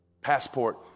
passport